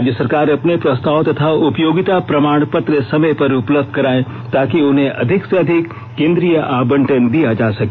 राज्य सरकार अपने प्रस्ताव तथा उपयोगिता प्रमाण पत्र समय पर उपलब्ध कराए ताकि उन्हें अधिक से अधिक केंद्रीय आवंटन दिया जा सके